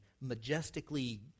majestically